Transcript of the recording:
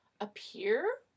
appear